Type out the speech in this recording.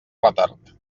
retard